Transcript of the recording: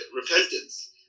repentance